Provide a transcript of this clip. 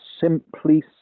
simply